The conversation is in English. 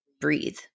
breathe